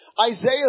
Isaiah